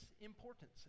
importance